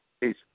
Peace